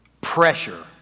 pressure